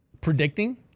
predicting